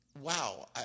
wow